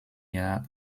jahr